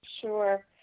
Sure